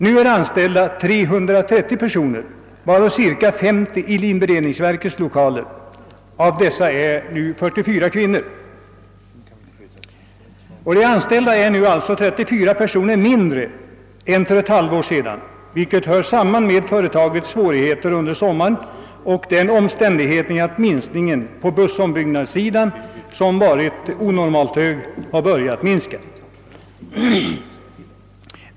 Nu är antalet anställda 330, varav cirka 50 i linberedningsverkets lokaler. Av dessa är 44 kvinnor. Antalet anställda är nu alltså 34 mindre än för ett halvt år sedan, vilket hör samman med företagets svårigheter under sommaren och den omständigheten, att arbetstillgången på bussombyggnadssidan, som varit onormalt hög, har börjat minska.